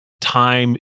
time